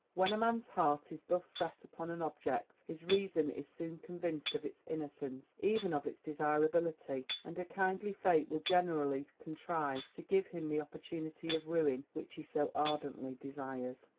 when a man's heart is thus set upon an object, his reason is soon convinced of its innocence, even of its desirability, and a kindly fate will generally contrive to give him the opportunity of ruin which he so ardently desires.